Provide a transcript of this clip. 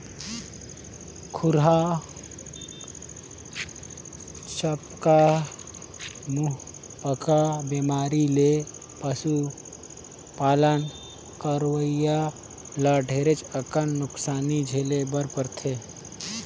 खुरहा चपका, मुहंपका बेमारी ले पसु पालन करोइया ल ढेरे अकन नुकसानी झेले बर परथे